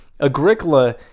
Agricola